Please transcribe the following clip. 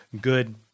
good